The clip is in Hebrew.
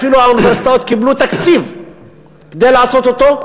שהאוניברסיטאות קיבלו אפילו תקציב כדי לעשות אותו,